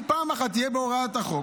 אם פעם אחת תהיה בהוראת החוק,